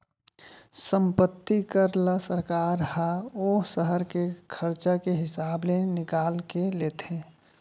संपत्ति कर ल सरकार ह ओ सहर के खरचा के हिसाब ले निकाल के लेथे